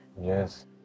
Yes